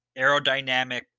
aerodynamic